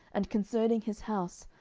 and concerning his house,